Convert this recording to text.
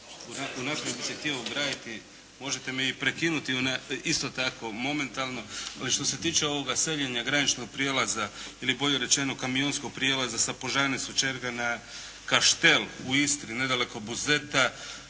unaprijed bi se htio ograditi, možete me i prekinuti isto tako momentalno, ali što se tiče ovog seljenja graničnog prijelaza ili bolje rečeno kamionskog prijelaza sa Požane, Sočerga na Kaštel u Istri nedaleko Buzeta.